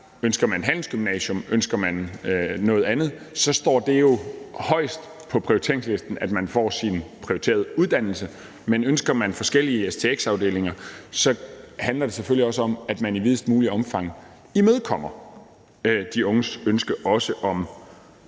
ønsker handelsgymnasium eller man ønsker noget andet, står det jo højest på prioriteringslisten, men ønsker man forskellige stx-afdelinger, handler det selvfølgelig også om, at man i videst muligt omfang imødekommer de unges ønske også om